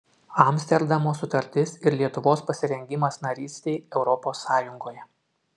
amsterdamo sutartis ir lietuvos pasirengimas narystei europos sąjungoje